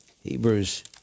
Hebrews